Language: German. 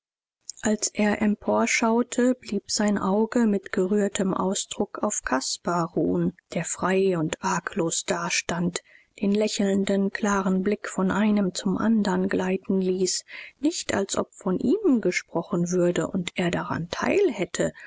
als er emporschaute blieb sein auge mit gerührtem ausdruck auf caspar ruhen der frei und arglos dastand den lächelnden klaren blick von einem zum andern gleiten ließ nicht als ob von ihm gesprochen würde und er daran teilhätte